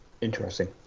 Interesting